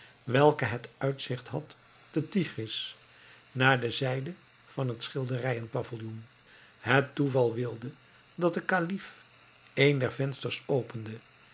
welke het uitzigt had op den tigris naar de zijde van het schilderijen pavilloen het toeval wilde dat de kalif een der vensters opende